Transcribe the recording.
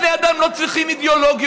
בני אדם לא צריכים אידיאולוגיות,